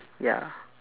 ya